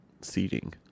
seating